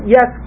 Yes